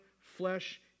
flesh